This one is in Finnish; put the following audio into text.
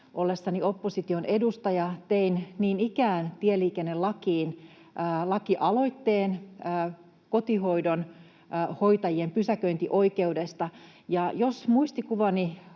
ollessani opposition edustaja tein niin ikään tieliikennelakiin lakialoitteen kotihoidon hoitajien pysäköintioikeudesta, ja jos muistikuvani